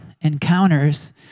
encounters